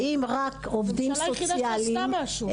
ממשלה יחידה שעשתה משהו.